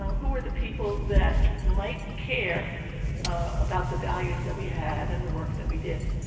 who are the people that might care about the values that we had and the work that we did?